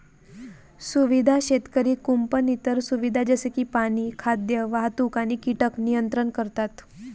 सुविधा शेतकरी कुंपण इतर सुविधा जसे की पाणी, खाद्य, वाहतूक आणि कीटक नियंत्रण करतात